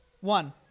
One